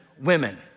women